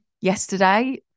yesterday